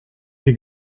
die